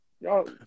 y'all